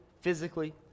physically